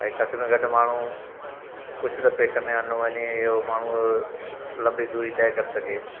भाई घटि में घटि माण्हू कुझु त पेट में अन्न वञे इहो माण्हू लंबी दूरी तय करे सघे